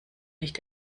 nicht